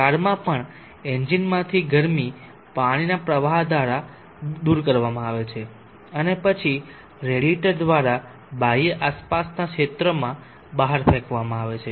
કારમાં પણ એન્જિનમાંથી ગરમી પાણીના પ્રવાહ દ્વારા દૂર કરવામાં આવે છે અને પછી રેડિયેટર દ્વારા બાહ્ય આસપાસના ક્ષેત્રમાં બહાર ફેંકવામાં આવે છે